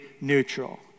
neutral